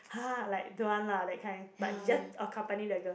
!huh! like don't want lah that kind but he just accompany the girl